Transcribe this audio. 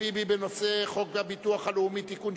חוק הביטוח הלאומי (תיקון,